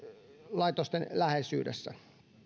laitosten läheisyydessä